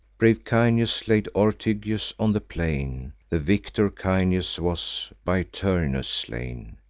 brave caeneus laid ortygius on the plain the victor caeneus was by turnus slain.